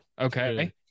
Okay